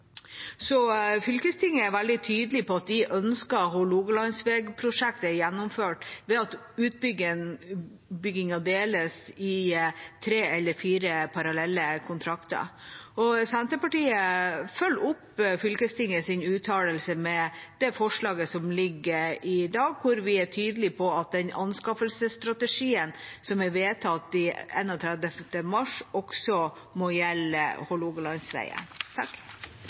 Så fylkestinget er veldig tydelig på at de ønsker hålogalandsvegprosjektet gjennomført ved at utbyggingen deles i tre eller fire parallelle kontrakter. Senterpartiet følger opp fylkestingets uttalelse med det forslaget som foreligger i dag, hvor vi er tydelige på at den anskaffelsesstrategien som er vedtatt 31. mars, også må gjelde